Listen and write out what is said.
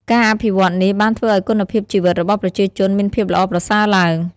ការអភិវឌ្ឍនេះបានធ្វើឱ្យគុណភាពជីវិតរបស់ប្រជាជនមានភាពល្អប្រសើរឡើង។